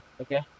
okay